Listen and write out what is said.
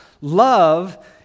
Love